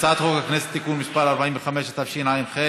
הודעה ליושב-ראש ועדת הכנסת.